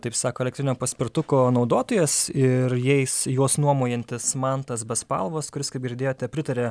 taip sako elektrinio paspirtuko naudotojas ir jais juos nuomojantis mantas bespalvas kuris kaip girdėjote pritaria